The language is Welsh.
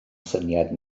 syniad